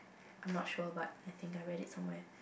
I'm not sure but I think I read it somewhere